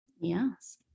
yes